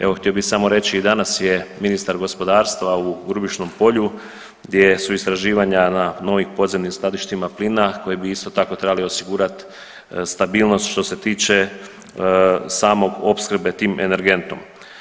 Evo htio bi samo reći, i danas je ministar gospodarstva u Grubišnom Polju, gdje su istraživanja na novim podzemnim skladištima plina koje bi isto tako trebalo osigurat stabilnost što se tiče same opskrbe tim energentom.